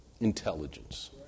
intelligence